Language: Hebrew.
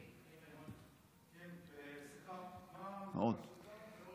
מה מספר השאילתה?